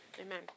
amen